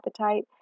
appetite